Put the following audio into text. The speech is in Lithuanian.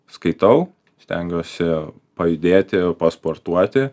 skaitau stengiuosi pajudėti pasportuoti